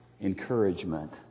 encouragement